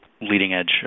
leading-edge